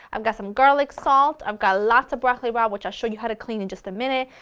i've got some garlic salt, i've got lots of broccoli rabe which i'll show you how to clean in just a minute,